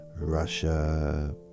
Russia